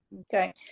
Okay